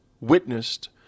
witnessed